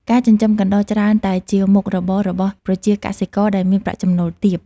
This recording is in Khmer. ការចិញ្ចឹមកណ្តុរច្រើនតែជាមុខរបររបស់ប្រជាកសិករដែលមានប្រាក់ចំណូលទាប។